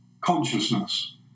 consciousness